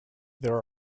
there